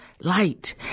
Light